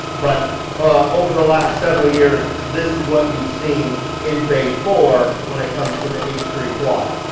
but ah over the last several years this is what you've seen in bay four when it comes to the h three quad,